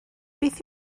beth